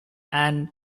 and